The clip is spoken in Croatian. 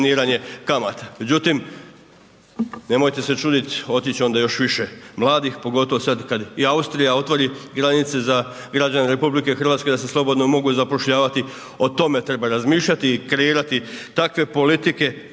subvencioniranje kamata. Međutim, nemojte se čuditi otići će onda još više mladih, pogotovo sada kada i Austrija otvori granice za građane RH i da se slobodno mogu zapošljavati. O tome treba razmišljati i kreirati takve politike,